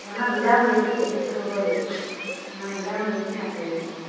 ஆனால் விடாமுயற்சி விஸ்பரூப வெற்றி நான் விடாமுயற்சி நான் ட்ரை பண்ணுறேன்